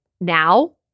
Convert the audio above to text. now